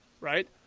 right